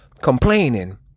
complaining